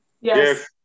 Yes